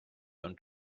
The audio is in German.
und